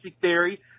theory